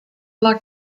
luck